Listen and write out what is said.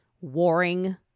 warring